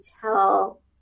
tell